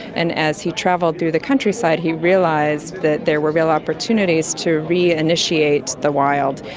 and as he travelled through the countryside he realised that there were real opportunities to reinitiate the wild.